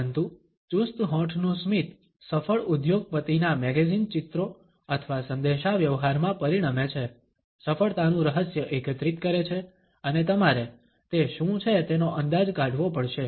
પરંતુ ચુસ્ત હોઠનું સ્મિત સફળ ઉદ્યોગપતિ ના મેગેઝિન ચિત્રો અથવા સંદેશાવ્યવહારમાં પરિણમે છે સફળતાનું રહસ્ય એકત્રિત કરે છે અને તમારે તે શું છે તેનો અંદાજ કાઢવો પડશે